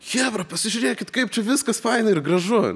chebra pasižiūrėkit kaip čia viskas faina ir gražu